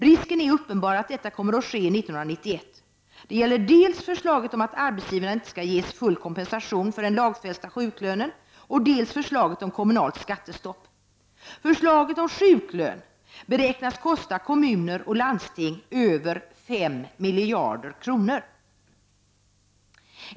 Risken är uppenbar att detta kommer att ske 1991. Det gäller dels förslaget om att arbetsgivarna inte skall ges full kompensation för den lagfästa sjuklönen, dels förslaget om kommunalt skattestopp. Förslaget om sjuklön beräknas kosta kommuner och landsting över 5 miljarder kronor.